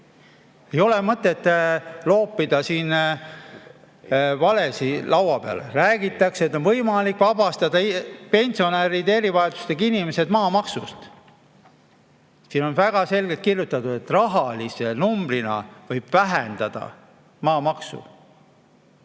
Ei ole mõtet loopida siin valesid laua peale. Räägitakse, et on võimalik vabastada pensionärid ja erivajadustega inimesed maamaksust. Siin on väga selgelt kirjutatud, et rahalise numbrina võib vähendada maamaksu.